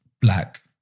black